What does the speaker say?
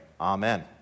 amen